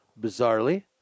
bizarrely